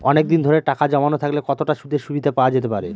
অনেকদিন ধরে টাকা জমানো থাকলে কতটা সুদের সুবিধে পাওয়া যেতে পারে?